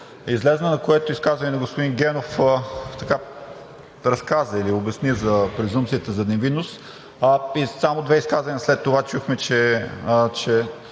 излезе, на което изказване господин Генов разказа или обясни за презумпцията за невинност, а само две изказвания след това чухме, че